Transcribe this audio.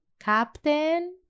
captain